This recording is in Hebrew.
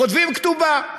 כותבים כתובה.